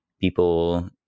people